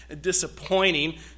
disappointing